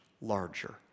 larger